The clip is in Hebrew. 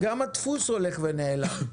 גם הדפוס הולך ונעלם,